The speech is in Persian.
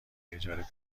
اجاره